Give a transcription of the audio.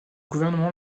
gouvernements